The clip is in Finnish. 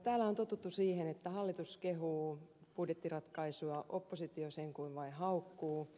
täällä on totuttu siihen että hallitus kehuu budjettiratkaisua oppositio sen kun vain haukkuu